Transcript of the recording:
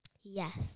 Yes